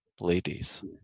ladies